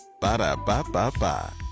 Ba-da-ba-ba-ba